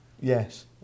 Yes